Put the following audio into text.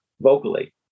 vocally